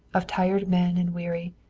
of tired men and weary,